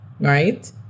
right